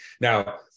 Now